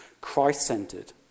Christ-centered